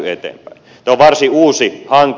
tämä on varsin uusi hanke